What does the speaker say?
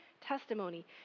testimony